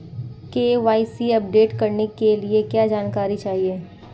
KYC update करने के लिए क्या जानकारी चाहिए?